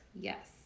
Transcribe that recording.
yes